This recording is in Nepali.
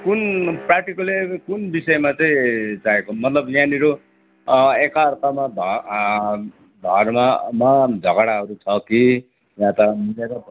कुन पार्टिकुलर कुन विषयमा चाहिँ चाहिएको मतलब यहाँनिर एक अर्कामा भा धर्ममा झगडाहरू छ कि या त मिलेर